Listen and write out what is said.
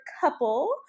couple